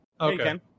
okay